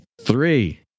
three